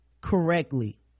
correctly